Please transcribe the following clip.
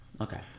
okay